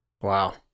Wow